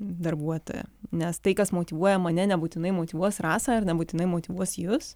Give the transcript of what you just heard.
darbuotoją nes tai kas motyvuoja mane nebūtinai motyvuos rasą ir nebūtinai motyvuos jus